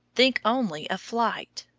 think only of flight.